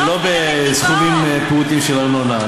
זה לא בסכומים פעוטים של ארנונה.